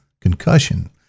concussion